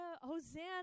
Hosanna